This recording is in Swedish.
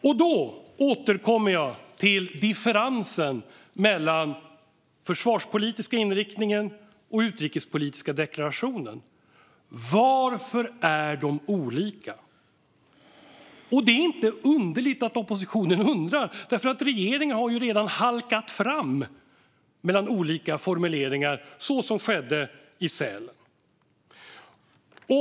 Jag återkommer till differensen mellan den försvarspolitiska inriktningen och den utrikespolitiska deklarationen. Varför är de olika? Det är inte underligt att oppositionen undrar. Regeringen har ju redan halkat fram mellan olika formuleringar, som man gjorde i Sälen.